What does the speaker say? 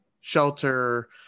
shelter